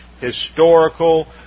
historical